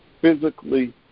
physically